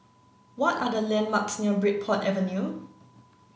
what are the landmarks near Bridport Avenue